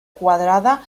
quadrada